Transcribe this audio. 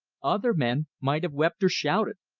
other men might have wept or shouted.